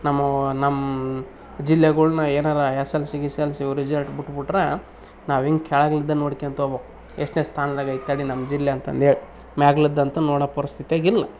ನಮ್ಮ ನಮ್ಮ ಜಿಲ್ಲೆಗಳನ್ನ ಏನಾರು ಎಸ್ ಎಲ್ ಸಿ ಗಿಸ್ ಸಲ್ ಸಿ ಇವು ರಿಸಲ್ಟ್ ಬಿಟ್ಬಿಟ್ರೆ ನಾವು ಹಿಂಗೆ ಕೆಳ್ಗಿಲಿಂದ ನೋಡ್ಕೋಳ್ತ ಹೋಬೇಕು ಎಷ್ಟನೇ ಸ್ಥಾನದಾಗಿ ಐತೆ ತಡೆ ನಮ್ಮ ಜಿಲ್ಲೆ ಅಂತಂದೇಳಿ ಮ್ಯಾಗ್ಲಿಂದು ಅಂತೂ ನೋಡೋ ಪರಿಸ್ಥಿತಿಯಾಗ ಇಲ್ಲ